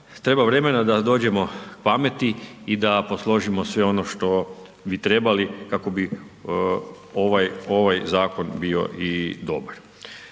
treba vremena da dođemo pameti i da posložimo sve ono što bi trebali kako bi ovaj zakon bio i dobar.